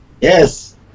yes